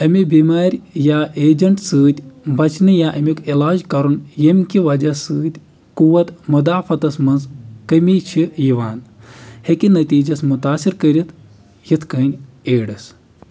اَمہِ بِمارِ یا ایجنٛٹ سۭتۍ بچنہٕ یا اَمیُک علاج کرُن ییٚمہِ کہِ وجہ سۭتۍ قوت مدافعتَس منٛز کٔمی چھِ یِوان ہٮ۪کہِ نٔتیٖجس مُتاثر کٔرِتھ یِتھ کٔنۍ ایڈٕس